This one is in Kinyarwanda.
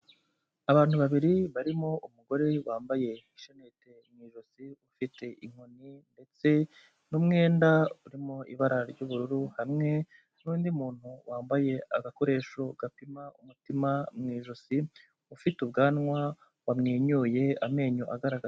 Abantu babiri barimo umugore wambaye ishenete mu ijosi, ufite inkoni ndetse n'umwenda urimo ibara ry'ubururu, hamwe n'undi muntu wambaye agakoresho gapima umutima mu ijosi, ufite ubwanwa wamwenyuye amenyo agaragara.